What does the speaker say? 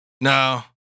no